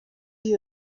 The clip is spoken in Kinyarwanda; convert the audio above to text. isi